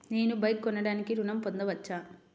నేను బైక్ కొనటానికి ఋణం పొందవచ్చా?